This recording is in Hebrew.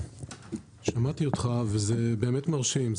שמעתי אותך וזה באמת מרשים.